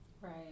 Right